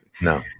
no